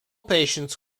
patients